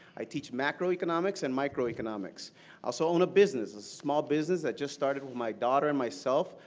i teach macroeconomics and microeconomics. i also own a business, a small business that just started with my daughter and myself,